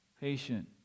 patient